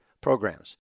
programs